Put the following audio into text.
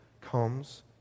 comes